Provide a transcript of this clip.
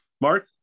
mark